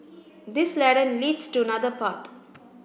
this ladder leads to another path